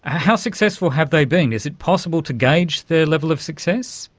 how successful have they been? is it possible to gauge their level of success?